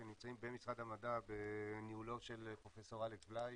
שנמצאים במשרד המדע בניהולו של פרופ' אלכס בליי